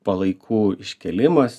palaikų iškėlimas